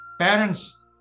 parents